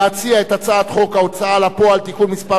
להציג את הצעת חוק ההוצאה לפועל (תיקון מס'